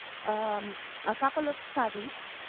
um a couple of studies